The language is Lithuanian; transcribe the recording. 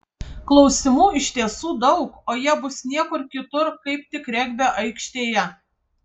klausimų iš tiesų daug o jie bus niekur kitur kaip tik regbio aikštėje